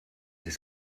ist